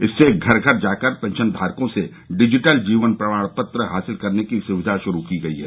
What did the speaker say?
इससे घर घर जाकर पेंशनधारकों से डिजिटल जीवन प्रमाण पत्र हासिल करने की सुविधा शुरु की गई है